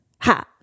Ha